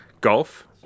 Golf